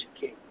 King